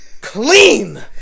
clean